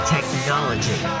Technology